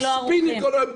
ספינים כל היום.